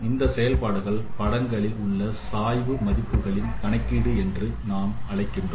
இந்த செயல்பாடுகள் படங்களில் உள்ள சாய்வு மதிப்புகளின்கணக்கீடு என்று நான் அழைக்கிறோம்